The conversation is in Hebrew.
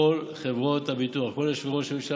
כל חברות הביטוח, כל אלה שישבו שם,